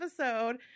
episode